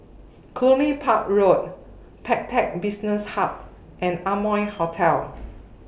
Cluny Park Road Pantech Business Hub and Amoy Hotel